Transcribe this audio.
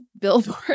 billboard